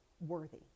worthy